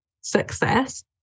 success